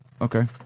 okay